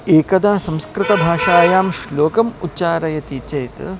एकदा संस्कृतभाषायां श्लोकम् उच्चारयति चेत्